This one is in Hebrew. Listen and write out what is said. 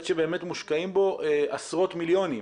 שבאמת מושקעים בו עשרות מיליונים,